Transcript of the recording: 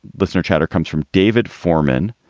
listener chatter comes from david forman.